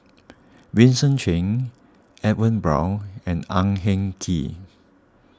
Vincent Cheng Edwin Brown and Ang Hin Kee